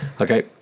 Okay